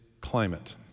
climate